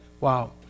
Wow